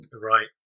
right